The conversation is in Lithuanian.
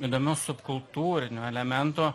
įdomių subkultūrinių elementų